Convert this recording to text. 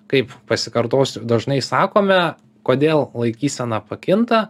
kaip pasikartosiu dažnai sakome kodėl laikysena pakinta